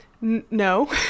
no